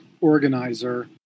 organizer